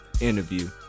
interview